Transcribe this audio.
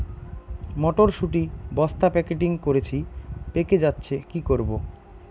মটর শুটি বস্তা প্যাকেটিং করেছি পেকে যাচ্ছে কি করব?